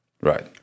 Right